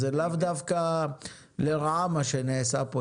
אז לאו דווקא לרעה מה שנעשה פה.